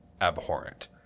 abhorrent